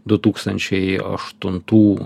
du tūkstančiai aštuntų